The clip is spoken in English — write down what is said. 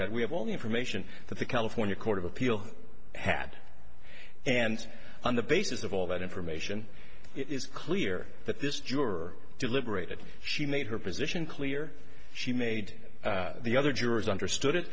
that we have all the information that the california court of appeal had and on the basis of all that information it is clear that this juror deliberated she made her position clear she made the other jurors understood it